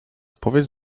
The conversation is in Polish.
powiedz